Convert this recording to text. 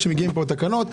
כשמגיעים פה התקנות,